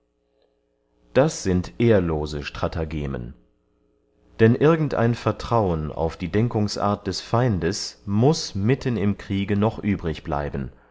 das sind ehrlose stratagemen denn irgend ein vertrauen auf die denkungsart des feindes muß mitten im kriege noch